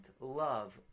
love